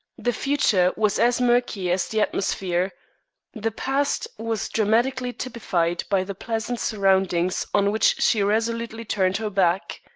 the future was as murky as the atmosphere the past was dramatically typified by the pleasant surroundings on which she resolutely turned her back.